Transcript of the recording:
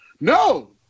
No